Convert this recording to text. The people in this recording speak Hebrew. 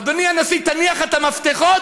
אדוני הנשיא, תניח את המפתחות,